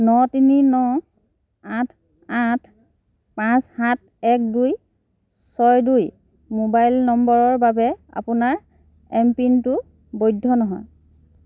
ন তিনি ন আঠ আঠ পাঁচ সাত এক দুই ছয় দুই ম'বাইল নম্বৰৰ বাবে আপোনাৰ এম পিনটো বৈধ নহয়